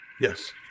yes